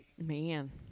Man